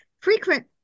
Frequent